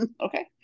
Okay